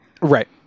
Right